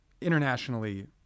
internationally